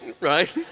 right